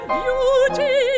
beauty